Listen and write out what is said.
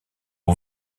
aux